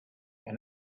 and